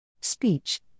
Speech